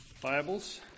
Bibles